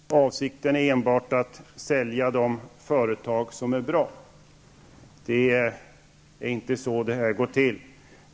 Herr talman! Bo Finnkvist säger att avsikten enbart är att sälja de företag som går bra. Det är inte så det går till.